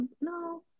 no